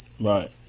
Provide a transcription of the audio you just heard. Right